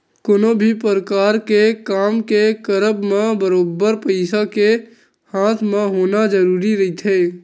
कोनो भी परकार के काम के करब म बरोबर पइसा के हाथ म होना जरुरी रहिथे